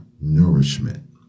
nourishment